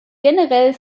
generell